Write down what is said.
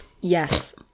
Yes